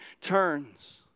turns